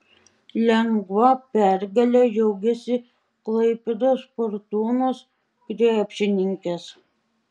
lengva pergale džiaugėsi klaipėdos fortūnos krepšininkės